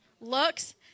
looks